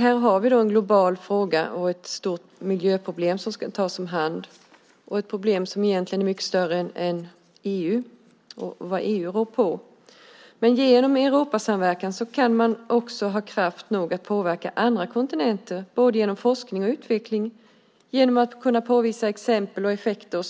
Här har vi en global fråga och ett stort miljöproblem som ska tas om hand. Det är ett problem som egentligen är mycket större än EU och vad EU rår på. Men genom Europasamverkan kan man också ha kraft nog att påverka andra kontinenter genom både forskning och utveckling och genom att påvisa exempel och effekter.